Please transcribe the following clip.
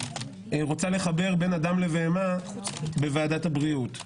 רוצה לחבר בין אדם לבהמה בוועדת הבריאות.